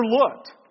overlooked